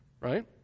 right